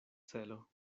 celo